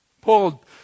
Paul